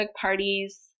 parties